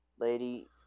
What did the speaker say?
Lady